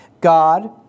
God